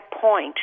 point